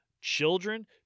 children